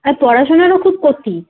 আর পড়াশোনারও খুব ক্ষতি